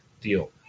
deal